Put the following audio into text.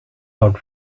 out